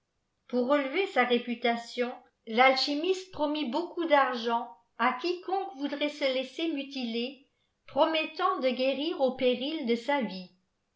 pour relever sarépulatiofii rjalèltîmiité promit beaucoup d'argent à quiconque voudrait se laisçer mutiler promettant de guérir au péril de sa vie